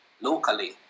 locally